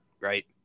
Right